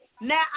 Now